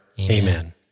Amen